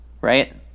right